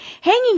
hanging